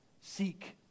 Seek